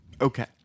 Okay